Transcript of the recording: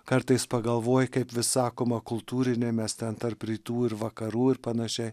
kartais pagalvoji kaip vis sakoma kultūriniai mes ten tarp rytų ir vakarų ir panašiai